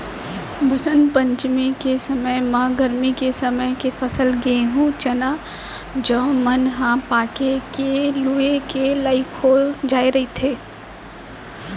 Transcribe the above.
बसंत पंचमी के समे म गरमी के समे के फसल गहूँ, चना, जौ मन ह पाके के लूए के लइक हो जाए रहिथे